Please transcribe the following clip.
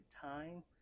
time